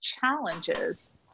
challenges